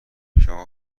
شما